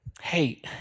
hey